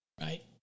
right